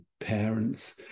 parents